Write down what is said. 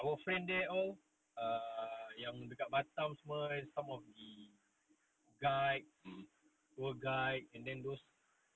our friend there all err yang dekat batam semua some of the guides tour guide and then those